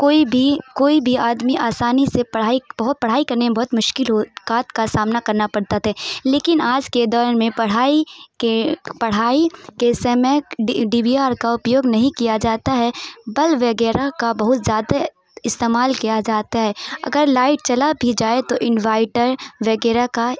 کوئی بھی کوئی بھی آدمی آسانی سے پڑھائی بہت پڑھائی کرنے میں بہت مشکلات کا سامنا کرنا پڑتا تھا لیکن آج کے دور میں پڑھائی کے پڑھائی کے سمے ڈبیا اپیوگ نہیں کیا جاتا ہے بلب وغیرہ کا بہت زیادہ استعمال کیا جاتا ہے اگر لائٹ چلا بھی جائے تو انورٹر وغیرہ کا